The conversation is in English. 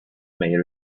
may